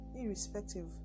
irrespective